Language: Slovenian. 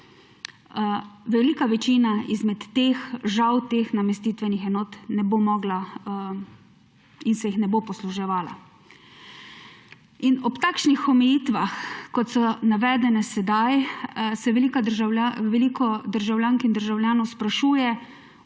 Velika večina izmed teh se žal teh namestitvenih enot ne bo mogla in se jih ne bo posluževala. In ob takšnih omejitvah, kot so navedene sedaj, se veliko državljank in državljanov sprašuje